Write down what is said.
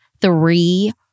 three